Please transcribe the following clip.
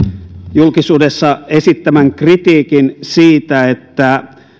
julkisuudessa esittämän kritiikin siitä että